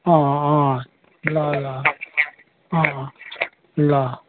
अँ अँ ल ल अँ ल